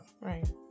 Right